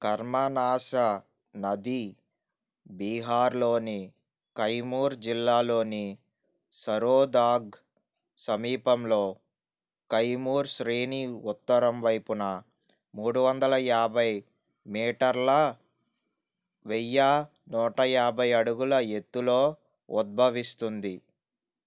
కర్మనాశ నది బీహార్లోని కైమూర్ జిల్లాలోని సరోదాగ్ సమీపంలో కైమూర్ శ్రేణి ఉత్తరం వైపున మూడు వందల యాభై మీటర్ల వెయ్యి నూట యాభై అడుగుల ఎత్తులో ఉద్భవిస్తుంది